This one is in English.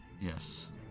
Yes